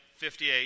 58